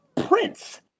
Prince